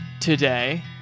today